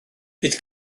bydd